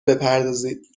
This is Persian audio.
بپردازید